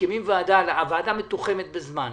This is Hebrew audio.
מקימים ועדה, הוועדה מתוחמת בזמן.